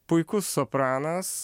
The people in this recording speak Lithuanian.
puikus sopranas